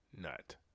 nut